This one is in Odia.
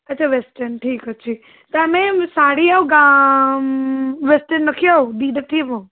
ଆଚ୍ଛା ୱେଷ୍ଟର୍ଣ୍ଣ ଠିକ୍ ଅଛି ତ ଆମେ ଶାଢ଼ୀ ଆଉ ୱେଷ୍ଟର୍ଣ୍ଣ ରଖିବା ଆଉ ଦୁଇଟା ଥିମ୍